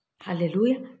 Hallelujah